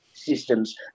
systems